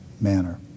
manner